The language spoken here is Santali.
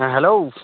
ᱦᱮᱸ ᱦᱮᱞᱳ